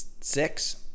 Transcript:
six